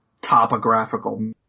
topographical